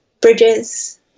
bridges